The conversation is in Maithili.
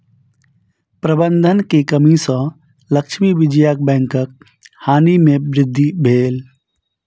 प्रबंधन के कमी सॅ लक्ष्मी विजया बैंकक हानि में वृद्धि भेल